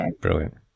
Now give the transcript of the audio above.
Brilliant